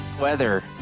weather